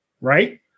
right